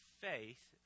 faith